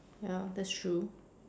ya that's true